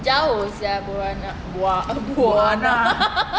jauh sia